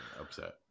upset